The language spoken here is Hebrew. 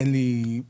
אין לי בשלוף.